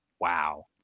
Wow